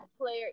player